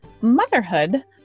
motherhood